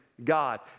God